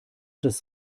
das